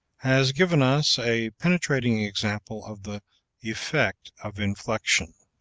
has given us a penetrating example of the effect of inflection